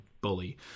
bully